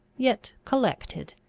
yet collected!